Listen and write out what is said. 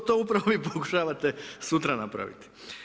E to upravo vi pokušavate sutra napraviti.